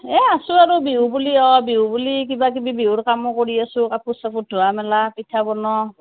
এ আছোঁ আৰু বিহু বুলি অঁ বিহু বুলি কিবাকিবি বিহুৰ কামো কৰি আছোঁ কাপোৰ চাপোৰ ধোৱা মেলা পিঠা বনোৱা